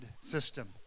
system